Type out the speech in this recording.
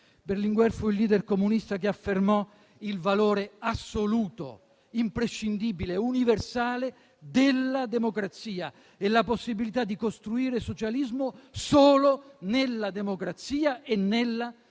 Berlinguer fu il *leader* comunista che affermò il valore assoluto, imprescindibile e universale della democrazia e la possibilità di costruire socialismo solo nella democrazia e nella libertà.